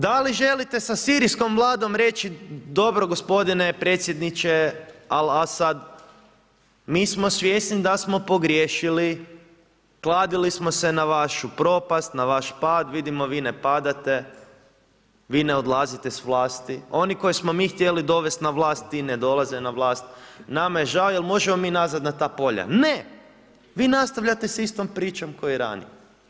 Da li želite sa sirijskom Vladom reći dobro gospodine predsjedniče Al Asad, mi smo svjesni dasmo pogriješili, kladili smo se na vašu propast, na vaš pad, vidimo vi ne padate, vi ne odlazite s vlasti, one koje smo mi htjeli dovesti na vlast, ti ne dolaze na vlast, nama je žao, jel' možemo mi nazad na ta polja, ne, vi nastavljate s istom pričom kao i ranije.